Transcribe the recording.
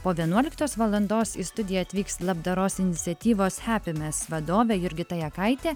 po vienuoliktos valandos į studiją atvyks labdaros iniciatyvos hapimes vadovė jurgita jakaitė